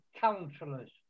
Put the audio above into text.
councillors